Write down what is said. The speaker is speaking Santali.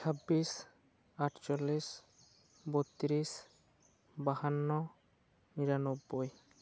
ᱪᱷᱟᱵᱽᱵᱤᱥ ᱟᱴᱪᱚᱞᱞᱤᱥ ᱵᱚᱛᱛᱨᱤᱥ ᱵᱟᱦᱟᱱᱱᱚ ᱱᱤᱨᱟᱱᱚᱵᱽᱵᱚᱭ